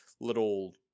little